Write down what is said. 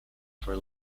for